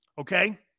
Okay